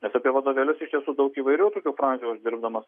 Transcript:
nes apie vadovėlius iš tiesų daug įvairių tokių frazių aš dirbdamas